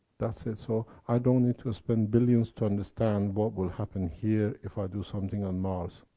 that's it. so i don't need to spend billions to understand, what will happen here, if i do something on mars.